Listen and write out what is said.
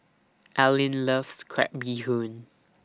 Allean loves Crab Bee Hoon